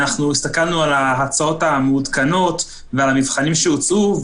אנחנו הסתכלנו על ההצעות המעודכנות ועל המבחנים שהוצעו.